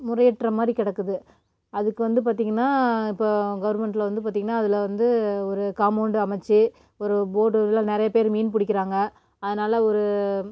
முறையற்ற மாதிரி கிடக்குது அதுக்கு வந்து பார்த்தீங்கன்னா இப்போ கவர்மெண்டில் வந்து பார்த்தீங்கன்னா அதில் வந்து ஒரு காமோண்டு அமைச்சி ஒரு போட்டில் நிறைய பேர் மீன் பிடிக்கிறாங்க அதனால ஒரு